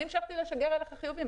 אני המשכתי לשגר אליך חיובים,